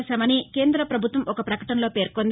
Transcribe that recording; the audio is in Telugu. చేశామని కేంద్ర పభుత్వం ఒక పకటనలో పేర్కొంది